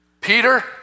Peter